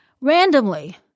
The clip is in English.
randomly